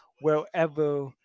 wherever